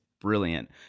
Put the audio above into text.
brilliant